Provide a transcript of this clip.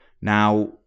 Now